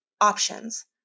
options